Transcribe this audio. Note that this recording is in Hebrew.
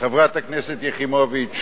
חברת הכנסת יחימוביץ,